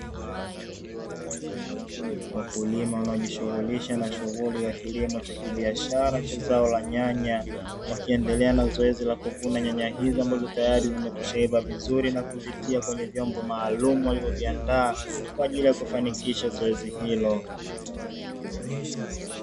Wakulima wanaojishughulisha na shughuli za kilimo cha kibiashara cha zao la nyanya, wakiendelea na zoezi la kuvuna nyanya hizo ambazo tayari zimekwishaiva vizuri, na kuvitia kwenye vyombo maalumu walivyo viandaa kwa ajili ya kufanikisha zoezi hilo.